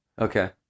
Okay